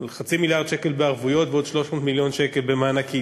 על חצי מיליארד בערבויות ועוד 300 מיליון שקל במענקים,